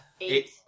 Eight